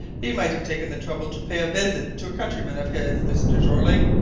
he might have taken the trouble to pay a visit to a countryman of his, mr. jeorling!